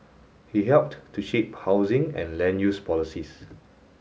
he helped to shape housing and land use policies